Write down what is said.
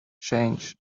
change